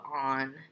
on